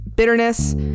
bitterness